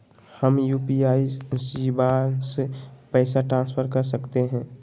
हम यू.पी.आई शिवांश पैसा ट्रांसफर कर सकते हैं?